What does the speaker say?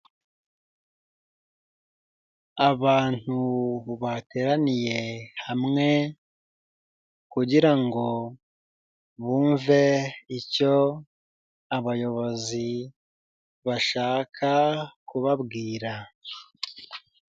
Abantu bateraniye hamwe kugira ngo bumve icyo abayobozi bashaka kubabwira.